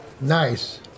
Nice